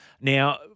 Now